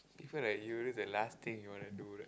it feel like the last thing you wanna do right